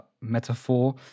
metaphor